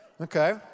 Okay